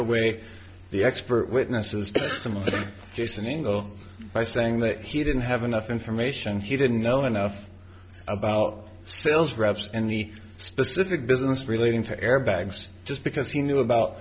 away the expert witnesses testimony jason ingle by saying that he didn't have enough information he didn't know enough about sales reps and the specific business relating to airbags just because he knew about